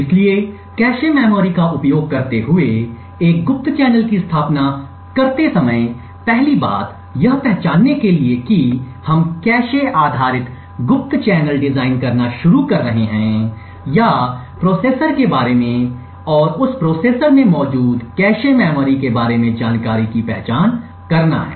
इसलिए cache memory का उपयोग करते हुए एक गुप्त चैनल की स्थापना करते समय पहली बात यह पहचानने के लिए कि हम कैश आधारित गुप्त चैनल डिजाइन करना शुरू कर रहे हैं या प्रोसेसर के बारे में और उस प्रोसेसर में मौजूद कैश मेमोरी के बारे में जानकारी की पहचान करना है